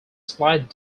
slight